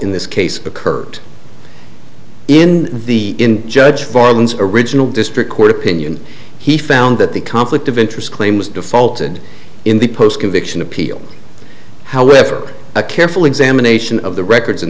in this case the current in the in judge farland original district court opinion he found that the conflict of interest claim was defaulted in the post conviction appeal however a careful examination of the records in